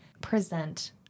present